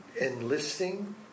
enlisting